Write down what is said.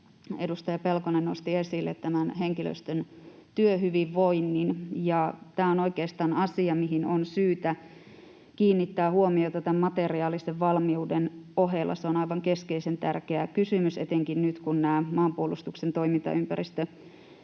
edustaja Pelkonen nosti esille tämän henkilöstön työhyvinvoinnin, ja tämä on oikeastaan asia, mihin on syytä kiinnittää huomiota tämän materiaalisen valmiuden ohella. Se on aivan keskeisen tärkeä kysymys etenkin nyt, kun nämä maanpuolustuksen toimintaympäristömuutoksesta